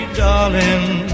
darling